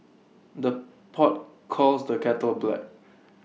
the pot calls the kettle black